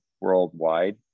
Worldwide